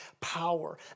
power